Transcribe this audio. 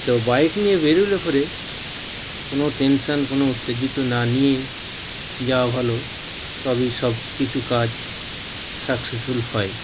তো ধে নিয়ে বেরোলে পরে কোনো টেনশান কোনো উত্তেজিত না নিয়েই যাওয়া ভালো তবেই সব কিছু কাজ সাক্সেসফুল হয়